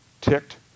ticked